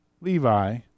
Levi